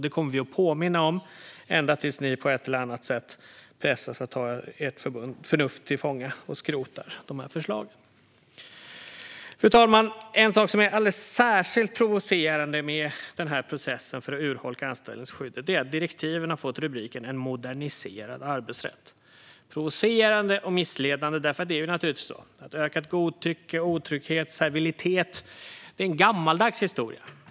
Det kommer vi att påminna om ända tills ni på ett eller annat sätt pressas att ta ert förnuft till fånga och skrotar dessa förslag. En sak som är alldeles särskilt provocerande med denna process för att urholka anställningsskyddet är att direktiven har fått rubriken: En moderniserad arbetsrätt. Det är provocerande och missledande därför att det naturligtvis är så att ökat godtycke, otrygghet och servilitet är en gammaldags historia.